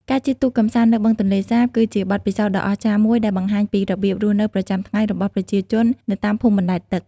ការជិះទូកកម្សាន្តនៅបឹងទន្លេសាប គឺជាបទពិសោធន៍ដ៏អស្ចារ្យមួយដែលបង្ហាញពីរបៀបរស់នៅប្រចាំថ្ងៃរបស់ប្រជាជននៅតាមភូមិបណ្តែតទឹក។